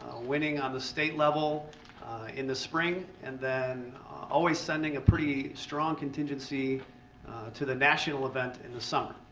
winning on the state level in the spring and then always sending a pretty strong contingency to the national event in the summer.